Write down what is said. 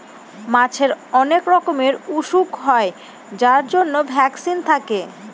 মাছের অনেক রকমের ওসুখ হয় যার জন্য ভ্যাকসিন থাকে